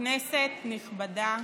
כנסת נכבדה,